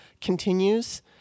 continues